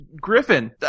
griffin